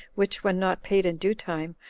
which, when not paid in due time,